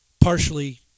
partially